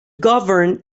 govern